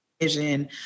vision